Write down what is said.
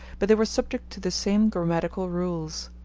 but they were subject to the same grammatical rules.